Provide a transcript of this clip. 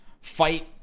fight